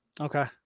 Okay